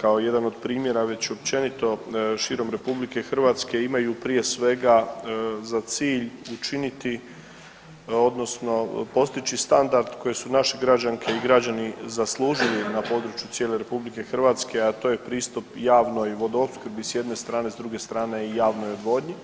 kao jedan od primjere već općenito širem RH imaju prije svega za cilj učiniti odnosno postići standard koji su naše građanke i građani zaslužili na području cijele RH, a to je pristup javnoj Vodoopskrbi s jedne strane, s druge strane i javnoj vodi.